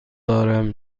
دارم